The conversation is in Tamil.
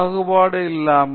பாகுபாடு இல்லாமை